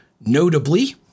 Notably